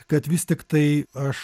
kad vis tiktai aš